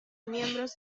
miembros